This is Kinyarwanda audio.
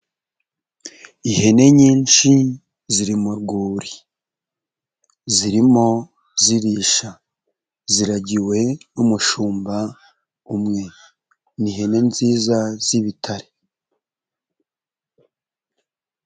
Ihene nyinshi ziri mu rwuri zirimo zirisha, ziragiwe n'umushumba umwe, ni ihene nziza z'ibitare